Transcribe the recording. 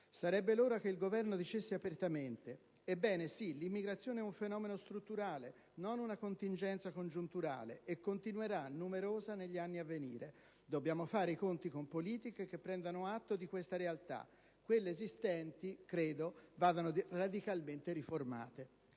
Sarebbe l'ora che il Governo dicesse apertamente: ebbene sì, l'immigrazione è un fenomeno strutturale, non una contingenza congiunturale, e continuerà, numerosa, negli anni a venire. Dobbiamo fare i conti con politiche che prendano atto di questa realtà. Quelle esistenti vanno radicalmente riformate.